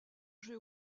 jeu